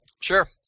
Sure